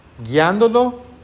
Guiándolo